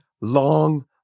long